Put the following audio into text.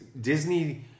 Disney